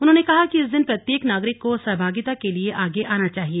उन्होंने कहा कि इस दिन प्रत्येक नागरिक को सहभागिता के लिए आगे आना चाहिए